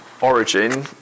Origin